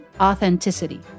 authenticity